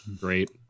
Great